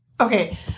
okay